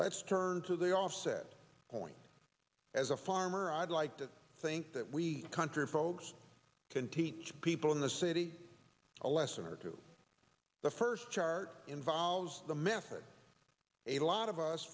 let's turn to the offset point as a farmer i'd like to think that we country folks can teach people in the city a lesson or two the first chart involves the method a lot of us